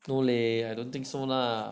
no leh I don't think so lah